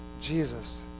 Jesus